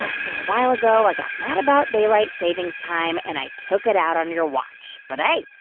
ah so a while ago, i got mad about daylight savings time, and i took it out on your watch. but hey,